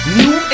new